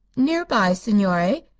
near by, signore.